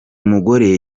mugore